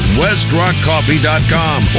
westrockcoffee.com